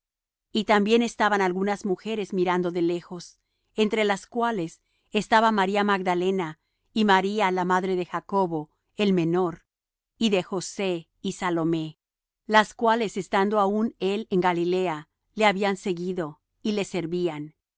y también estaban algunas mujeres mirando de lejos entre las cuales estaba maría magdalena y maría la madre de jacobo el menor y de josé y salomé las cuales estando aún él en galilea le habían seguido y le servían